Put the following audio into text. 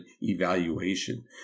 evaluation